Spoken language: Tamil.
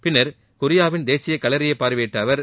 பின்னர் கொரியாவின் தேசிய கல்லறையை பார்வையிட்ட அவர்